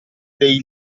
dei